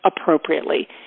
appropriately